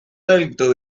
alto